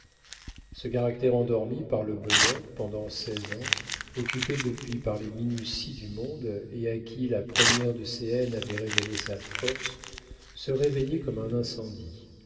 ce caractère endormi par le bonheur pendant seize ans occupé depuis par les minuties du monde et à qui la première de ses haines avait révélé sa force se réveillait comme un incendie